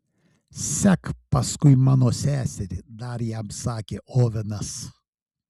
sek paskui mano seserį dar jam sakė ovenas